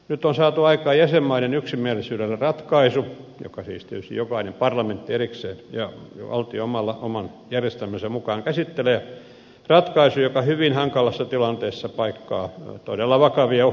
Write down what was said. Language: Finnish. nyt on saatu aikaan jäsenmaiden yksimielisyydellä ratkaisu jonka siis tietysti jokainen parlamentti erikseen ja valtio oman järjestelmänsä mukaan käsittelee ja joka hyvin hankalassa tilanteessa paikkaa todella vakavia uhkakuvia